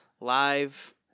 live